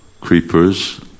creepers